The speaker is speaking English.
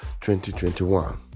2021